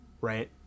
right